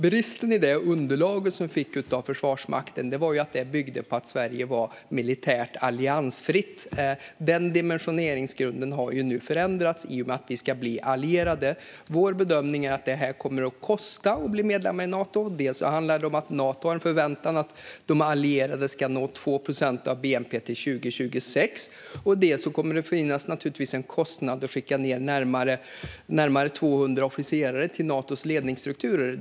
Bristen i det underlag som vi fick av Försvarsmakten var att det byggde på att Sverige var militärt alliansfritt. Dimensioneringsgrunden har nu förändrats i och med att vi ska bli allierade. Vår bedömning är att det kommer att kosta att bli medlemmar i Nato. Dels handlar det om att Nato har en förväntan att de allierade ska nå 2 procent av bnp till 2026, dels kommer det naturligtvis att finnas en kostnad för att skicka ned närmare 200 officerare till Natos ledningsstrukturer.